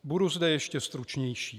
Budu zde ještě stručnější.